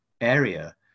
area